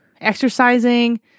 exercising